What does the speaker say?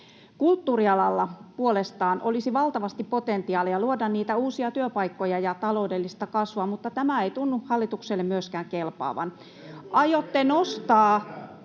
Kulttuurialalla puolestaan olisi valtavasti potentiaalia luoda niitä uusia työpaikkoja ja taloudellista kasvua, mutta tämä ei tunnu hallitukselle myöskään kelpaavan. [Marko